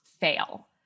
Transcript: fail